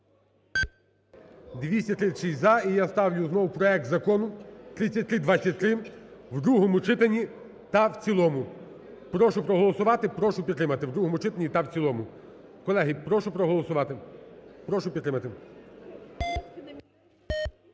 – за. І я ставлю знову проект Закону 3323 в другому читанні та в цілому. прошу проголосувати, прошу підтримати, в другому читанні та в цілому. Колеги, прошу проголосувати, прошу підтримати.